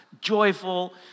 joyful